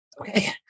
Okay